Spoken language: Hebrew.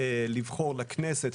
לבחור לכנסת,